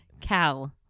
Cal